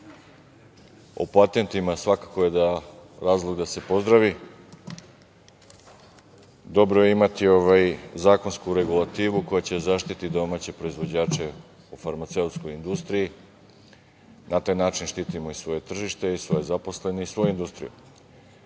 o patentima svakako je razlog da se pozdravi. Dobro je imati zakonsku regulativu koja će da zaštiti domaće proizvođače u farmaceutskoj industriji. Na taj način štitimo i svoje tržište i svoje zaposlene i svoju industriju.Međutim,